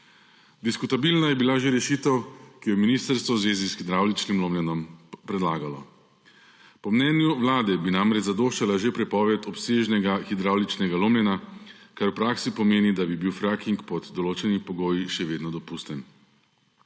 Diskutabilna je bila že rešitev, ki jo je ministrstvo v zvezi s hidravličnim lomljenjem predlagalo. Po mnenju Vlade bi namreč zadoščala že prepoved obsežnega hidravličnega lomljenja, kar v praksi pomeni, da bi bil fracking pod določenimi pogoji še vedno dopusten.